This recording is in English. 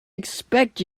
expect